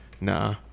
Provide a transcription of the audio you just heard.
Nah